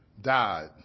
died